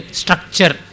structure